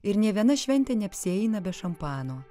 ir nė viena šventė neapsieina be šampano